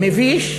מביש,